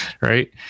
right